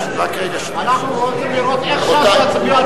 אנחנו רוצים לראות איך ש"ס יצביעו,